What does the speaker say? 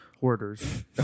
Hoarders